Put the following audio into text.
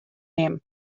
him